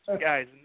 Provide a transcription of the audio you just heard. Guys